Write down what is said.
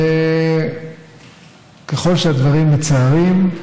ככל שהדברים מצערים,